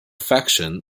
faction